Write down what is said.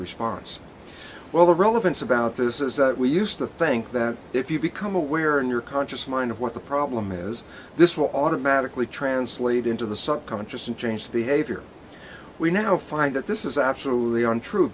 response well the relevance about this is that we used to think that if you become aware in your conscious mind what the problem is this will automatically translate into the sub conscious and change behavior we now find that this is absolutely untrue